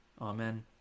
Amen